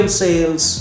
sales